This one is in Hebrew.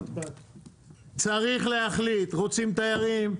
צריך להחליט, רוצים תיירים,